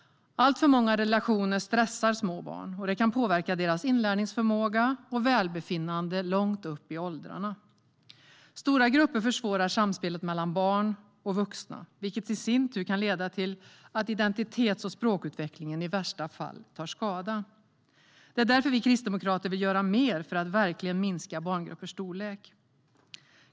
Alltför många relationer stressar små barn, och det kan påverka deras inlärningsförmåga och välbefinnande långt upp i åldrarna. Stora grupper försvårar samspelet mellan barn och vuxna, vilket i sin tur kan leda till att identitets och språkutvecklingen i värsta fall tar skada. Det är därför som vi kristdemokrater vill göra mer för att verkligen minska barngruppernas storlek.